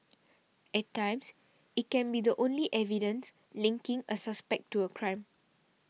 at times it can be the only evidence linking a suspect to a crime